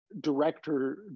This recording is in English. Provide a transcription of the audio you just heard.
director